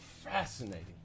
Fascinating